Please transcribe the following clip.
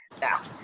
now